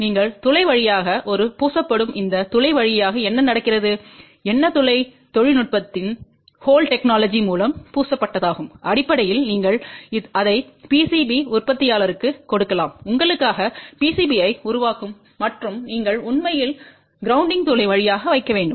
நீங்கள் துளை வழியாக ஒரு பூசப்படும் இந்த துளை வழியாக என்ன நடக்கிறது என்ன துளை தொழில்நுட்பத்தின் மூலம் பூசப்பட்டதாகும் அடிப்படையில் நீங்கள் அதை பிசிபி உற்பத்தியாளருக்கு கொடுக்கலாம் உங்களுக்காக பிசிபியை உருவாக்கும் மற்றும் நீங்கள் உண்மையில் கிரௌண்டிங் துளை வழியாக வைக்க வேண்டும்